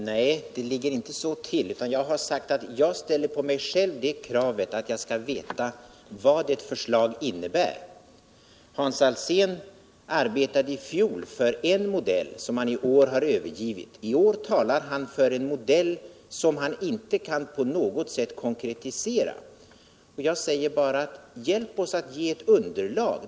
Herr talman! Nej, så ligger det inte till. Jag har sagt att jag ställer det kravet på mig själv att jag skall veta vad ett förslag innebär. Hans Alsén arbetade i fjol för cen modell som han nu har övergivit. I år talar han för en modell som han inte på nägot sätt kan konkretisera. Jag säger bara: Hjälp oss att få eu underlag!